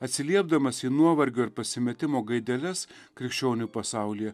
atsiliepdamas į nuovargio ir pasimetimo gaideles krikščionių pasaulyje